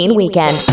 weekend